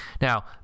Now